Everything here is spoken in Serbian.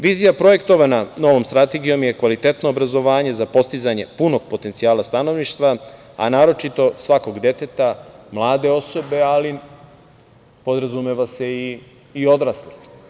Vizija projektovana novom strategijom je kvalitetno obrazovanje za postizanje punog potencijala stanovništva, a naročito svakog deteta, mlade osobe, ali podrazumeva se i odraslih.